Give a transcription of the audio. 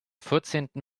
vierzehnten